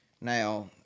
Now